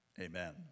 amen